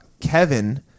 Kevin